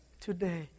Today